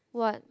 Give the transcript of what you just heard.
what